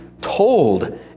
told